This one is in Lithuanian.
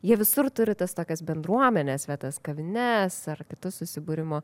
jie visur turie tas tokias bendruomenes vietas kavines ar kitus susibūrimo